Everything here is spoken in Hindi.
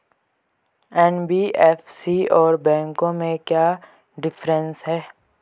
एन.बी.एफ.सी और बैंकों में क्या डिफरेंस है?